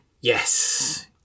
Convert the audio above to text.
Yes